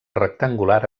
rectangular